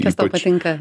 kas tau patinka